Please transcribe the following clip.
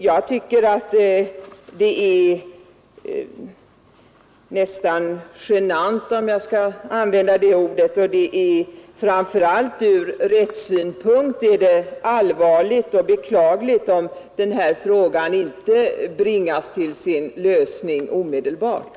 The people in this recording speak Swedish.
Jag tycker att det är nästan genant, och framför allt ur rättssynpunkt allvarligt och beklagligt, om den här frågan inte bringas till sin lösning omedelbart.